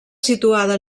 situada